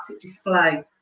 display